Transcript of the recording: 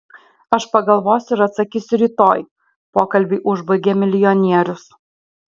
aš pagalvosiu ir atsakysiu rytoj pokalbį užbaigė milijonierius